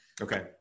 Okay